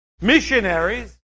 missionaries